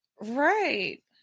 Right